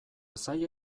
zaila